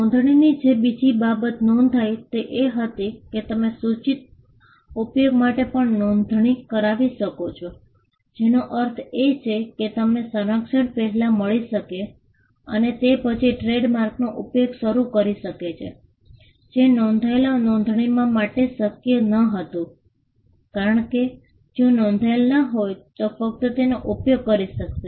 નોંધણીની જે બીજી બાબત નોંધાઈ તે એ હતી કે તમે સૂચિત ઉપયોગ માટે પણ નોંધણી કરાવી શકો છો જેનો અર્થ છે કે તમને સંરક્ષણ પહેલા મળી શકે અને તે પછી ટ્રેડમાર્કનો ઉપયોગ શરૂ કરી શકો છો જે નોંધાયેલ નોંધણીઓ માટે શક્ય ન હતું કારણ કે જો નોંધાયેલા ન હોય તો ફક્ત તેનો ઉપયોગ કરી શકાશે